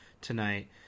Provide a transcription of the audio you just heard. tonight